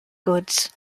goods